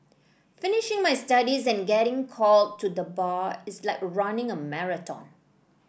finishing my studies and getting called to the Bar is like running a marathon